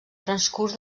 transcurs